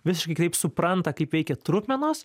visiškai kitaip supranta kaip veikia trupmenos